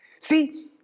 See